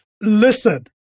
listen